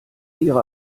ihrer